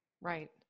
right